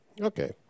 Okay